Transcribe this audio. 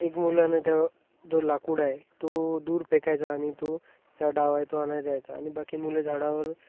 एक मुलांनं त्या जो लाकूड आहे तो दूर फेकायचा आणि तो चा डाव आहे तो आणायला जायचा आ आणि बाकी मुले झाडावर